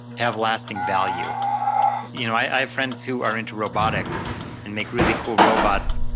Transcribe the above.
have lasting value you know i've friends who are into robotics and make really cool robots.